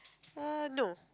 err no